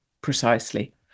precisely